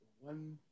one